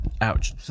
ouch